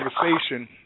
conversation